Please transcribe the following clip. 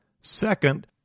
Second